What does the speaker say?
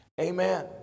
Amen